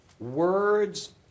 Words